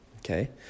Okay